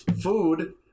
food